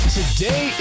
Today